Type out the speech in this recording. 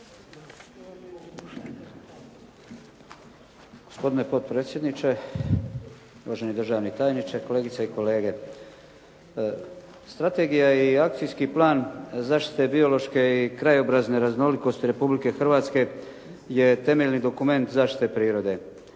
Gospodine potpredsjedniče, uvaženi državni tajniče, kolegice i kolege. Strategija i Akcijski plan zaštite biološke i krajobrazne raznolikosti Republike Hrvatske je temeljni dokument zaštite prirode.